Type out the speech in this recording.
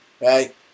right